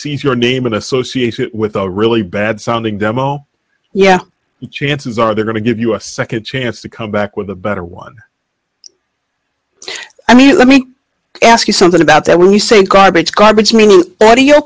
sees your name and associate it with a really bad sounding demo yeah chances are they're going to give you a second chance to come back with a better one i mean let me ask you something about their we say garbage garbage